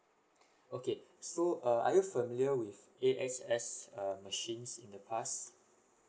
okay so uh are you familiar with A_S_X err machines in the past